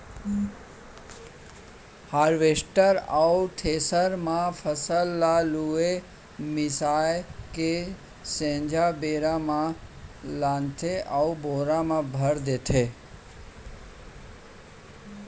harvester अउ thresher म फसल ल लुवा मिसवा के सोझ बियारा म लानथे अउ बोरा म भर देथे